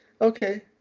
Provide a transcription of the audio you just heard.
Okay